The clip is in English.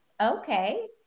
okay